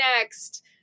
next